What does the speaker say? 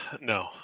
No